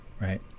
right